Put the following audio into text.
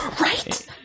Right